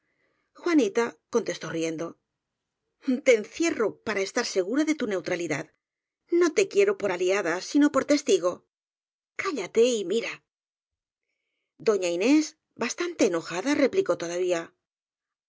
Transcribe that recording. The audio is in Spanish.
juanita contestó riendo t e encierro para estar segura de tu neutralidad no te quiero por aliada sino por testigo cá llate y mira doña inés bastante enojada replicó todavía